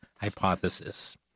hypothesis